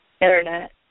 internet